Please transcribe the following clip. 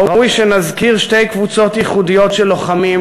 ראוי שנזכיר שתי קבוצות ייחודיות של לוחמים